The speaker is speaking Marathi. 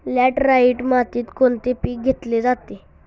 लॅटराइट मातीत कोणते पीक घेतले जाते?